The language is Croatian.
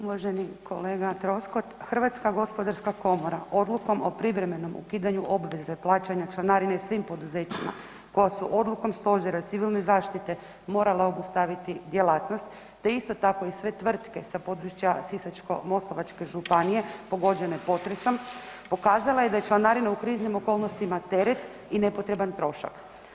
Uvaženi kolega Troskot, Hrvatska gospodarska komora odlukom o privremenom ukidanju obveze plaćanja članarine svim poduzećima koja su odlukom Stožera i Civilne zaštite morala obustaviti djelatnost, te isto tako i sve tvrtke sa područja Sisačko-moslavačke županije pogođene potresom pokazala je da je članarina u kriznim okolnostima teret i nepotreban trošak.